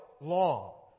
law